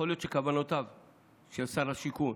יכול להיות שכוונותיו של שר השיכון,